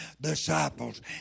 disciples